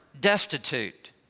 destitute